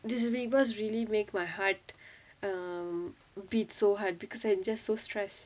this is bigg boss really make my um heart beat so hard because I just so stress